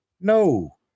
no